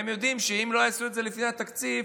והם יודעים שאם לא יעשו את זה לפני התקציב,